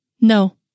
No